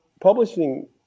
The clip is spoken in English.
publishing